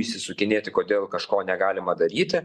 išsisukinėti kodėl kažko negalima daryti